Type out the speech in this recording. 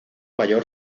mayor